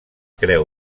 creu